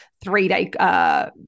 three-day